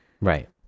Right